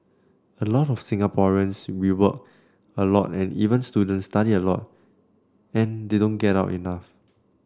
a lot of Singaporeans we work a lot and even students study a lot and they don't get out enough